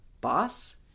boss